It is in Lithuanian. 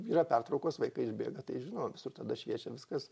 yra pertraukos vaikai išbėga tai žino visur tada šviečia viskas